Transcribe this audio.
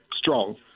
strong